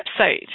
website